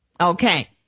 Okay